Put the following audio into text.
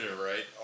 right